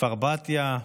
כפר בתיה,